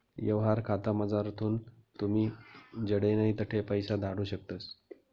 यवहार खातामझारथून तुमी जडे नै तठे पैसा धाडू शकतस